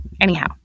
Anyhow